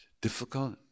difficult